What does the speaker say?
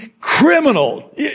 criminal